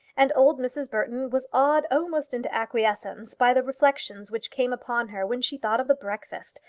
and old mrs. burton was awed almost into quiescence by the reflections which came upon her when she thought of the breakfast,